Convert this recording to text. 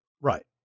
Right